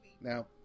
now